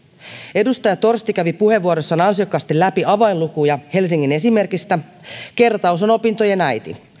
edustaja torsti kävi puheenvuorossaan ansiokkaasti läpi avainlukuja helsingin esimerkistä kertaus on opintojen äiti